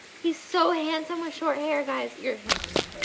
he's so handsome with short hair, guys. you're handsome now,